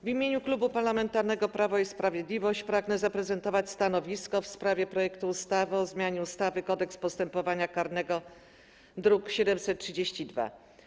W imieniu Klubu Parlamentarnego Prawo i Sprawiedliwość pragnę zaprezentować stanowisko w sprawie projektu ustawy o zmianie ustawy - Kodeks postępowania karnego, druk nr 732.